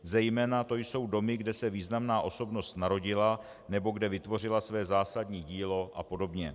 Zejména to jsou domy, kde se významná osobnost narodila nebo kde vytvořila své zásadní dílo apod.